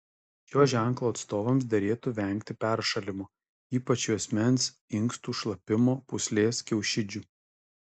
šio ženklo atstovams derėtų vengti peršalimo ypač juosmens inkstų šlapimo pūslės kiaušidžių